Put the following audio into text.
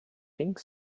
think